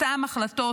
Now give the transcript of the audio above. אותן החלטות,